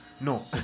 No